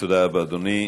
תודה רבה, אדוני.